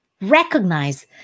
Recognize